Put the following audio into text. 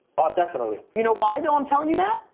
ah, definitely. you know why, though, i'm telling you that?